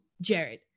Jared